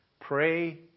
pray